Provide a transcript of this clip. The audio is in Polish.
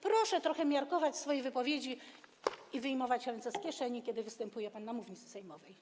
Proszę trochę miarkować swoje wypowiedzi i wyjmować ręce z kieszeni, kiedy występuje pan na mównicy sejmowej.